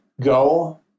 go